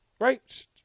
Right